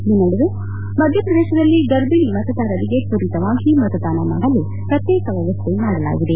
ಈ ನಡುವೆ ಮಧ್ಯಪ್ರದೇಶಲ್ಲಿ ಗರ್ಭಿಣಿ ಮತದಾರರಿಗೆ ತ್ವರಿತವಾಗಿ ಮತದಾನ ಮಾಡಲು ಪ್ರತ್ಯೇಕ ವ್ಯವಸ್ಸೆ ಮಾಡಲಾಗಿದೆ